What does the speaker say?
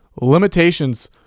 limitations